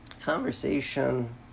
conversation